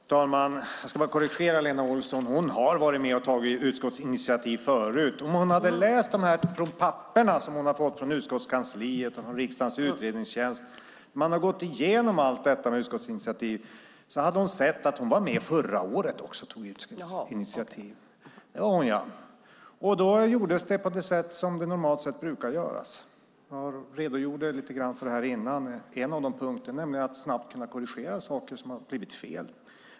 Fru talman! Jag ska bara korrigera Lena Olsson. Hon har varit med och tagit utskottsinitiativ förut. Om hon hade läst de papper som hon har fått från utskottskansliet och från riksdagens utredningstjänst, som har gått igenom allt detta med utskottsinitiativ, hade hon sett att hon var med och tog initiativ också förra året. Och då gjordes det på det sätt som det normalt sett brukar göras. Jag redogjorde lite grann för det tidigare. En av punkterna är att snabbt kunna korrigera saker som har blivit fel.